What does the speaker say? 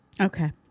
Okay